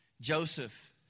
Joseph